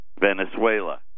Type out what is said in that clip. Venezuela